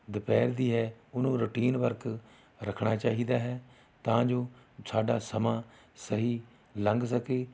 ਦੁਪਹਿਰ ਦੀ ਹੈ ਉਹਨੂੰ ਰੋਟੀਨ ਵਰਕ ਰੱਖਣਾ ਚਾਹੀਦਾ ਹੈ ਤਾਂ ਜੋ ਸਾਡਾ ਸਮਾਂ ਸਹੀ ਲੰਘ ਸਕੇ